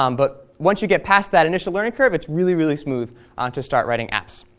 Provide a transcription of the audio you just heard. um but once you get past that initial learning curve it's really, really smooth um to start writing apps.